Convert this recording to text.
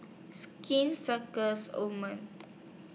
Skin Circus Oh men